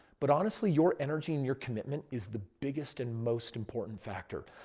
but honestly, your energy and your commitment is the biggest and most important factor.